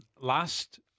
last